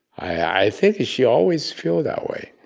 i think she always feel that way.